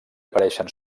apareixen